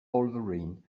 wolverine